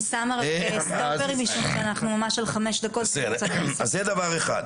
אז זה דבר אחד.